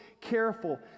careful